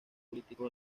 políticos